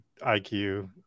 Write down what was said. IQ